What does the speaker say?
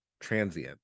transient